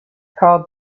called